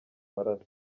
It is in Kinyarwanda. maraso